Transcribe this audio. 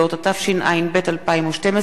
התשע"ב 2012,